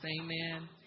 Amen